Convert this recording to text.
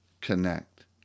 connect